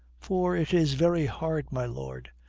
for it is very hard, my lord,